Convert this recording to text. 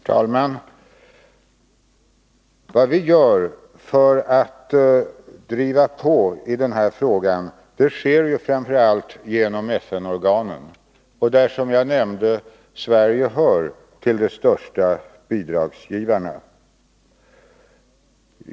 Herr talman! Vad vi gör för att driva på i den här frågan sker framför allt genom FN-organen, där Sverige, som jag nämnde, hör till de största bidragsgivarna.